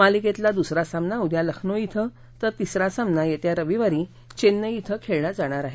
मलिकेतला दुसरा सामना उद्या लखनौ इथं तर तिसरा सामना येत्या रविवारी चेन्नई इथं खेळला जाणार आहे